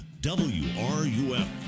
WRUF